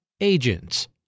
Agents